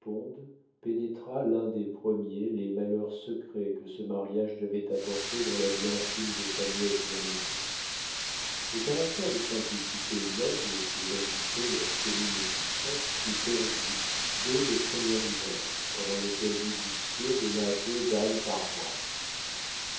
pénétra l'un des premiers les malheurs secrets que ce mariage devait apporter dans la vie intime de sa nièce bien-aimée le caractère de simplicité noble qui régissait leur commune existence fut perdu dès le premier hiver pendant lequel du bousquier donna deux bals par mois